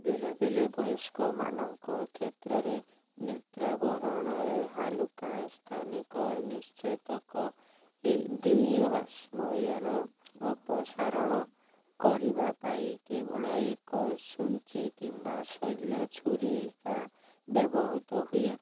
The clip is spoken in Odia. ବେଳେବେଳେ ବୟସ୍କମାନଙ୍କ କ୍ଷେତ୍ରରେ ନେତ୍ରାବରଣରେ ହାଲୁକା ସ୍ଥାନିକ ନିଶ୍ଚେତକ ହେ ଦେଇ ଅଶ୍ମୟନ ଅପସାରଣ କରିବା ପାଇଁ କେବଳ ଏକ ଛୁଞ୍ଚି କିମ୍ବା ଶଲ୍ୟଛୁରୀକା ବ୍ୟବହୃତ ହୁଏ